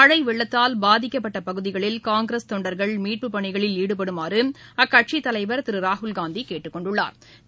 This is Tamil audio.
மழை வெள்ளத்தால் பாதிக்கப்பட்ட பகுதிகளில் காங்கிரஸ் தொண்டர்கள் மீட்புப் பணிகளில் ஈடுபடுமாறு அக்கட்சித் தலைவா் திரு ராகுல்காந்தி கேட்டுக் கொண்டுள்ளாா்